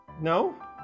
No